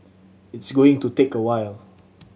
it's going to take a while